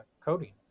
coding